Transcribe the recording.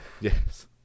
Yes